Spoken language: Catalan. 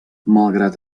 malgrat